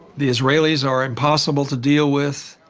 the israelis are impossible to deal with.